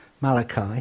Malachi